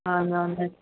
ആ അ ആ